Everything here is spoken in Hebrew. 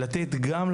מצטבר,